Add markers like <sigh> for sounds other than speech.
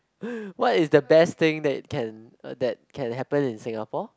<noise> what is the best thing that can uh that can happen in Singapore